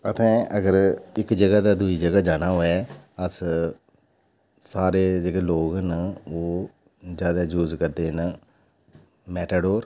असें अगर इक जगह दा दूई जगह जाना होवे अस सारे जेह्ड़े लोक न ओह् ज्यादा यूज करदे न मैटाडोर